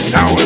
Now